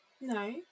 No